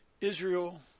Israel